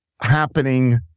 Happening